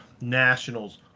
nationals